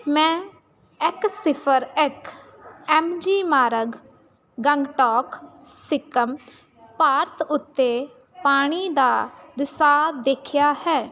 ਮੈਂ ਇੱਕ ਸਿਫ਼ਰ ਇੱਕ ਐਮ ਜੀ ਮਾਰਗ ਗੰਗਟੋਕ ਸਿੱਕਮ ਭਾਰਤ ਉੱਤੇ ਪਾਣੀ ਦਾ ਰਿਸਾਅ ਦੇਖਿਆ ਹੈ